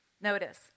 Notice